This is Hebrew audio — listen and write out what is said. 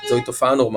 זוהי תופעה נורמלית.